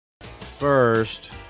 First